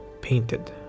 painted